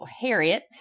Harriet